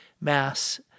Mass